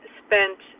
spent